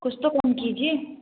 कुछ तो कम कीजिए